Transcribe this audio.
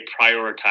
prioritize